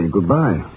Goodbye